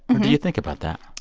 what do you think about that?